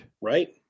Right